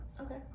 Okay